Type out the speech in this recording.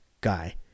guy